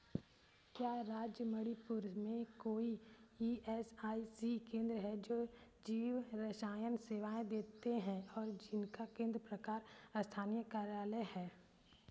क्या राज्य मणिपुर में कोई ई एस आई सी केंद्र हैं जो जीवरसायन सेवाएँ देते हैं और जिनका केंद्र प्रकार स्थानीय कार्यालय है